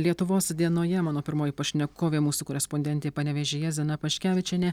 lietuvos dienoje mano pirmoji pašnekovė mūsų korespondentė panevėžyje zina paškevičienė